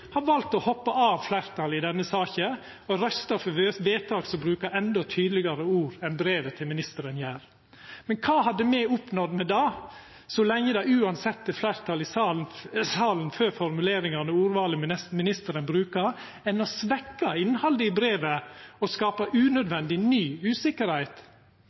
ha valt å hoppa av fleirtalet i denne saka og røysta for eit vedtak som brukar endå tydelegare ord enn det brevet til ministeren gjer. Men kva hadde me oppnådd med det, så lenge det uansett er fleirtal i salen for formuleringane og ordvalet ministeren brukar, anna enn å svekkja innhaldet i brevet og skapa unødvendig, ny usikkerheit?